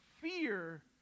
fear